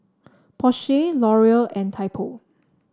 Porsche Laurier and Typo